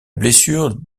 blessure